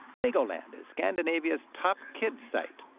legoland is scandinavia's top kids' site.